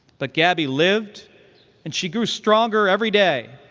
but gabby lived and she grew stronger every day,